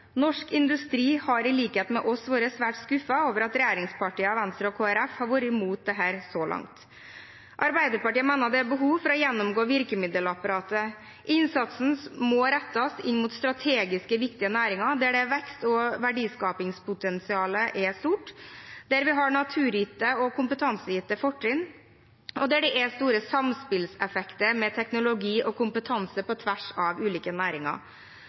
Norsk industri har i likhet med oss vært svært skuffet over at regjeringspartiene, Venstre og Kristelig Folkeparti har vært imot dette så langt. Arbeiderpartiet mener det er behov for å gjennomgå virkemiddelapparatet. Innsatsen må rettes inn mot strategisk viktige næringer, der vekst og verdiskapingspotensialet er stort, der vi har naturgitte og kompetansegitte fortrinn, og der det er store samspillseffekter med teknologi og kompetanse på tvers av ulike næringer.